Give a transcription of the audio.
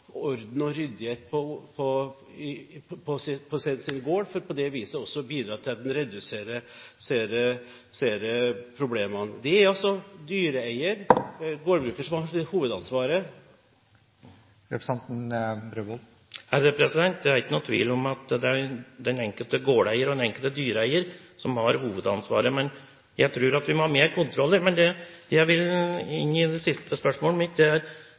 orden og ryddighet på sin gård for på det viset å bidra til å redusere problemene. Det er altså dyreeier, gårdbruker, som har hovedansvaret. Det er ingen tvil om at det er den enkelte gårdeier og den enkelte dyreeier som har hovedansvaret, men jeg tror at vi må ha flere kontroller. Men det jeg vil inn på i det siste spørsmålet mitt, er plan- og bygningsloven. Den gir jo særfordeler for dem som driver med landbruk. Det